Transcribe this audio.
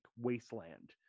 wasteland